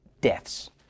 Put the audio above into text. deaths